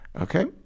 Okay